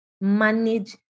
manage